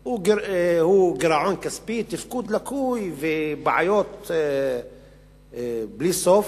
הוא גירעון כספי, תפקוד לקוי ובעיות בלי סוף,